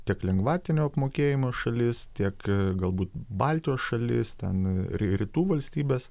tiek lengvatinio apmokėjimo šalis tiek gal būt baltijos šalis ten rytų valstybes